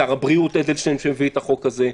שר הבריאות אדלשטיין שהביא את החוק הזה,